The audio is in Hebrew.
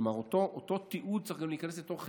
כלומר אותו תיעוד צריך להיכנס לתיק